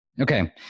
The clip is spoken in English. Okay